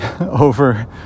over